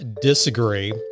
Disagree